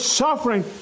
suffering